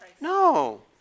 No